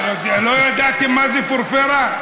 לא ידעתם מה זה פורפרה?